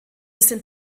sind